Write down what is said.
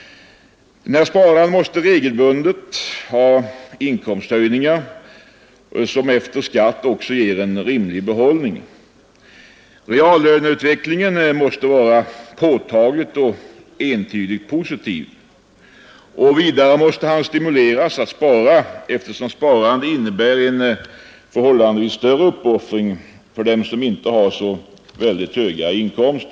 Spararen måste regelbundet ha inkomsthöjningar, som efter skatt ger en rimlig behållning. Reallöneutvecklingen måste vara påtagligt och entydigt positiv. Vidare måste han stimuleras att spara, eftersom sparande innebär en förhållandevis större uppoffring för dem som inte har så väldigt hög inkomst.